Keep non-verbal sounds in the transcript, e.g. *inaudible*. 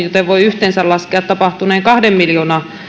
*unintelligible* joten voi yhteensä laskea tapahtuneen kahden miljoonan